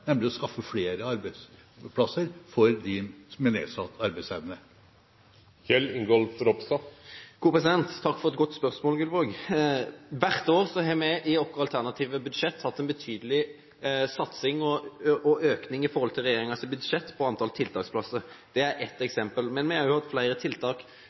nemlig å skaffe flere arbeidsplasser for dem med nedsatt arbeidsevne? Takk for et godt spørsmål, Gullvåg. Hvert år har vi i vårt alternative budsjett hatt en betydelig satsing og økning i forhold til regjeringens budsjett på antall tiltaksplasser. Det er et eksempel. Men vi har også hatt flere tiltak